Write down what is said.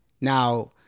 Now